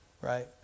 right